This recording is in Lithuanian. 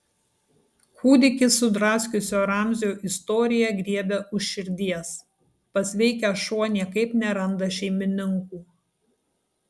kūdikį sudraskiusio ramzio istorija griebia už širdies pasveikęs šuo niekaip neranda šeimininkų